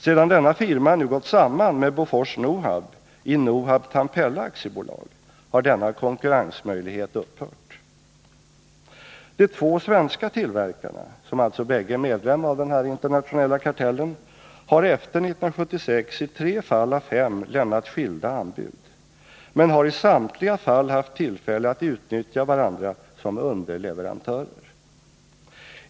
Sedan denna firma nu gått samman med Bofors-Nohab i Nohab Tampella AB, har denna konkurrensmöjlighet upphört. De två svenska tillverkarna — som alltså bägge är medlemmar av den här internationella kartellen — har efter 1976 i tre fall av fem lämnat skilda anbud, men har i samtliga fall haft tillfälle att utnyttja varandra som underleverantörer.